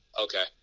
Okay